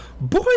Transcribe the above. boy